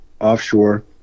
offshore